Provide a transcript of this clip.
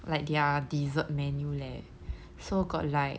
like their dessert menu leh so got like